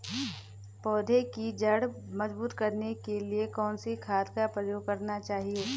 पौधें की जड़ मजबूत करने के लिए कौन सी खाद का प्रयोग करना चाहिए?